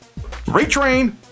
Retrain